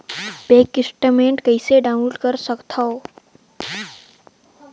Bank statement कइसे download कर सकथव?